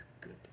good